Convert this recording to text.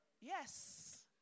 Yes